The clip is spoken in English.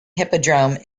hippodrome